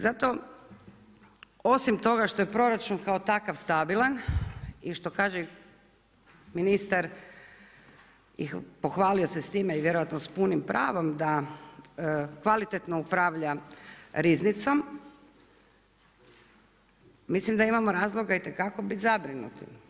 Zato osim toga što je proračun kao takav stabilan i što kaže ministar i pohvalio se s time i vjerojatno s punim pravom da kvalitetno upravlja riznicom, mislim da imamo razloga itekako bit zabrinuti.